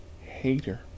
Hater